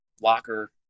locker